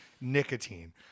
nicotine